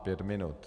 Pět minut.